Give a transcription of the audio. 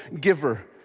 giver